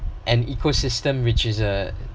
an ecosystem which is uh